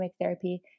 therapy